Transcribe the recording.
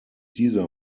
dieser